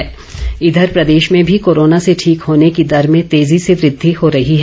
Himachal corona इधर प्रदेश में भी कोरोना से ठीक होने की दर में तेजी से वृद्धि हो रही है